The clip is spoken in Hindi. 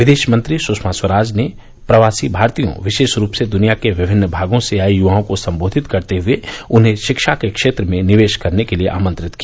विदेश मंत्री सुषमा स्वराज ने प्रवासी भारतीयों विशेष रूप से दृनिया के विभिन्न भागों से आए युवाओं को संबोधित करते हए उन्हें शिक्षा के क्षेत्र में निवेश करने के लिए आमंत्रित किया